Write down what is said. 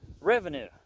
Revenue